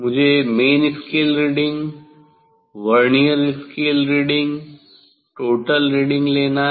मुझे main scale reading vernier scale reading total reading लेना है